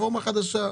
רפורמה חדשה.